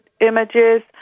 images